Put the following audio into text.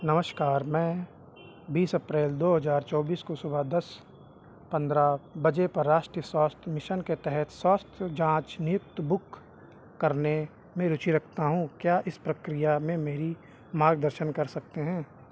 नमस्कार मैं बीस अप्रैल दो हज़ार चौबिस को सुबह दस पंद्रह बजे पर राष्ट्रीय स्वास्थ्य मिशन के तहत स्वास्थ्य जाँच नियुक्ति बुक करने में रुचि रखता हूँ क्या आप इस प्रक्रिया में मेरा मार्गदर्शन कर सकते हैं